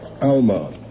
Alma